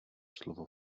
slovo